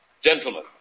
Gentlemen